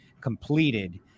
completed